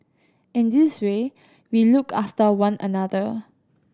in this way we look after one another